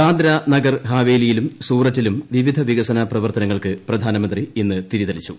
ദാദ്ര നഗർ ഹവേലിയിലും സൂറത്തിലും വിവിധ വികസന പ്രവർത്തനങ്ങൾക്ക് പ്രധാനമന്ത്രി ഇന്ന് തിരി തെളിച്ചു